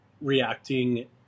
reacting